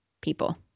people